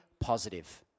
positive